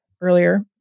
Earlier